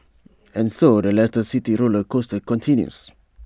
and so the Leicester city roller coaster continues